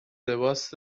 لباس